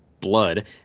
blood